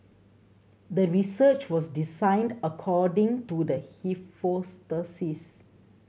the research was designed according to the